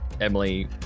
Emily